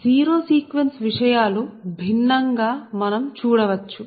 zero sequence విషయాలు భిన్నంగా మనం చూడవచ్చు